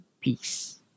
peace